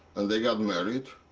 and they got married,